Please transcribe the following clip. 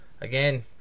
Again